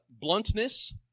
bluntness